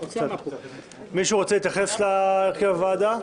מישהו מבקש להתייחס להרכב הוועדה?